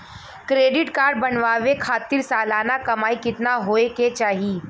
Credit card बनवावे खातिर सालाना कमाई कितना होए के चाही?